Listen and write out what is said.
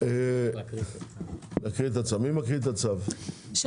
נקריא את הצו.